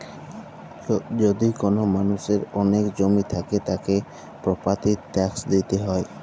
যদি কল মালুষের ওলেক জমি থাক্যে, তাকে প্রপার্টির ট্যাক্স দিতে হ্যয়